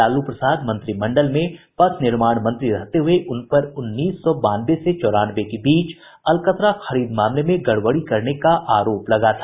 लालू प्रसाद मंत्रिमंडल में पथ निर्माण मंत्री रहते हुये उनपर उन्नीस सौ बानवे से चौरानवे के बीच अलकतरा खरीद मामले में गड़बड़ी करने का आरोप लगा था